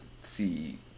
see